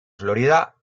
florida